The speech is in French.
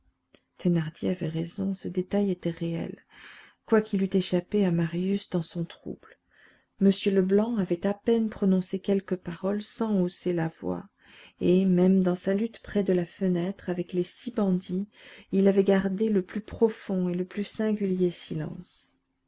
thénardier avait raison ce détail était réel quoiqu'il eût échappé à marius dans son trouble m leblanc avait à peine prononcé quelques paroles sans hausser la voix et même dans sa lutte près de la fenêtre avec les six bandits il avait gardé le plus profond et le plus singulier silence